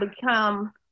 become